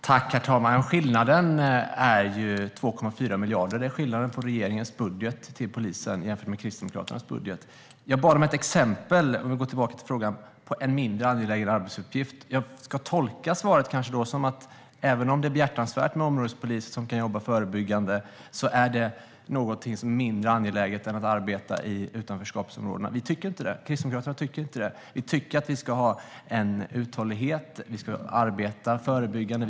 Herr talman! Skillnaden är 2,4 miljarder. Det är skillnaden mellan regeringens budget till polisen och Kristdemokraternas budget. Jag bad om ett exempel - om vi går tillbaka till frågan - på en mindre angelägen arbetsuppgift. Jag kanske ska tolka svaret så här: Även om det är behjärtansvärt med områdespoliser som kan jobba förebyggande är det mindre angeläget än att arbeta i utanförskapsområdena. Kristdemokraterna tycker inte det. Vi tycker att vi ska ha en uthållighet. Vi ska arbeta förebyggande.